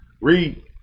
Read